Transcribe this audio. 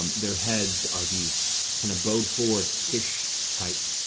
um their heads are these kind of bowed-forward fish-type